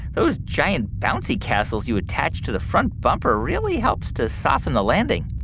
those giant bouncy castles you attached to the front bumper really helps to soften the landing.